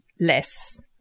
less